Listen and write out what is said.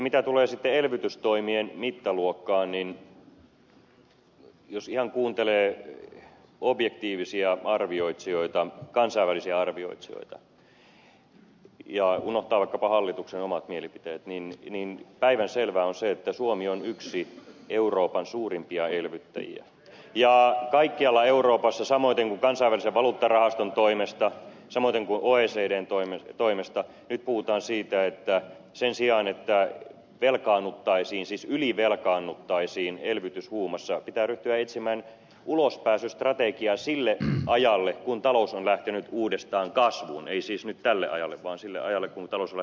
mitä tulee sitten elvytystoimien mittaluokkaan niin jos ihan kuuntelee objektiivisia arvioitsijoita kansainvälisiä arvioitsijoita ja unohtaa vaikkapa hallituksen omat mielipiteet niin päivänselvää on se että suomi on yksi euroopan suurimpia elvyttäjiä ja kaikkialla euroopassa samoiten kuin kansainvälisen valuuttarahaston toimesta samoiten kuin oecdn toimesta nyt puhutaan siitä että sen sijaan että velkaannuttaisiin siis ylivelkaannuttaisiin elvytyshuumassa niin pitää ryhtyä etsimään ulospääsystrategia sille ajalle kun talous on lähtenyt uudestaan kasvuun ei siis nyt tälle ajalle vaan sille ajalle kun talous on lähtenyt uudestaan kasvuun